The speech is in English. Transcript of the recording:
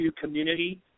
community